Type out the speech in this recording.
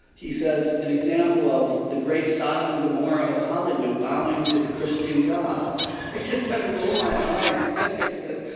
he says, an example of the great sodom and gomorrah of hollywood bowing to the christian god i just kind of rolled my eyes, and i said,